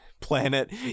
planet